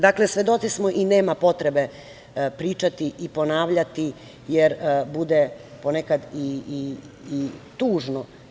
Dakle, svedoci smo i nema potrebe pričati i ponavljati, jer bude nekad i tužno.